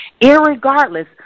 irregardless